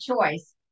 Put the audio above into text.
choice